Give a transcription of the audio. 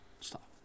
stop